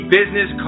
Business